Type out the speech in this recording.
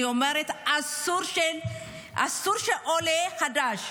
אני אומרת: אסור שעולה חדש,